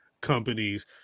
companies